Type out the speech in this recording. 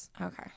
okay